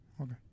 Okay